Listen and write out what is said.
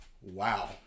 Wow